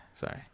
Sorry